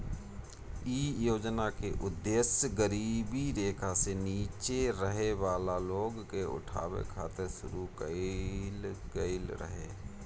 इ योजना के उद्देश गरीबी रेखा से नीचे रहे वाला लोग के उठावे खातिर शुरू कईल गईल रहे